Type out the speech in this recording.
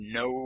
no